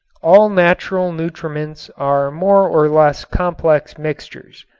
all natural nutriments are more or less complex mixtures.